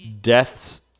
death's